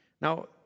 Now